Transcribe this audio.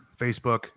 Facebook